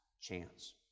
chance